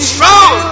Strong